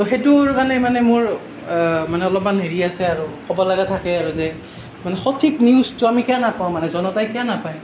তৌ সেইটোৰ কাৰণে মানে মোৰ মানে অলপমান হেৰি আছে আৰু ক'ব লগা থাকে আৰু যে মানে সঠিক নিউজটো আমি কিয় নাপাওঁ মানে জনতাই কিয় নাপায়